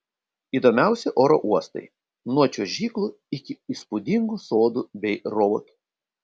įdomiausi oro uostai nuo čiuožyklų iki įspūdingų sodų bei robotų